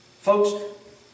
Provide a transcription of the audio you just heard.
Folks